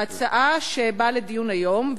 ההצעה שבאה לדיון היום,